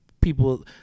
people